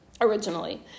originally